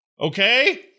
Okay